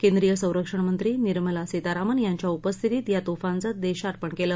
केंद्रीय संरक्षण मंत्री निर्मला सीतारामन यांच्या उपस्थितीत या तोफाचं देशार्पण केलं